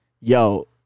yo